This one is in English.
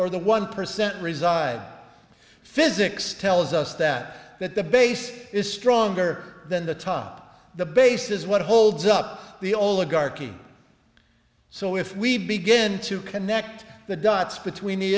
or the one percent reside physics tells us that that the base is stronger than the top the base is what holds up the oligarchies so if we begin to connect the dots between the